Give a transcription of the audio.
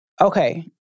okay